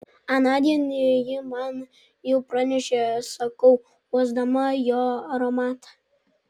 anądien ji man jau pranešė sakau uosdama jo aromatą